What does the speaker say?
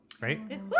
Right